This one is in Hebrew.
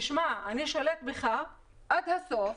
תשמע, אני שולט בך עד הסוף,